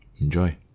Enjoy